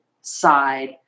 side